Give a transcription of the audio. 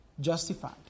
Justified